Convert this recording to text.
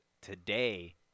today